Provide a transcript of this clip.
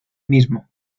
mismo